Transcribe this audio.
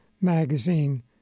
magazine